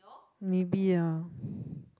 maybe ah